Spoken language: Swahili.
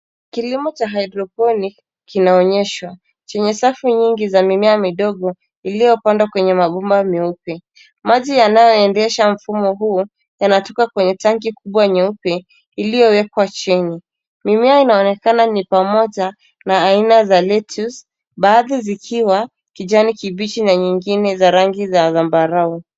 Kilimo cha hydroponic kinaonyeshwa chenye safu nyingi za mimea midogo iliyo pandwa kwenye mabomba meupe maji yanayo endesha mfumo huo yanatoka kwenye tangi kubwa nyeupe ilio wekwa chini mimea inaonekana ni pamoja na aina za lettuce baadhi zikiwa kijani kibichi na zingine za rangi za zambarau.